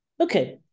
Okay